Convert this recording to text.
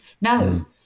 no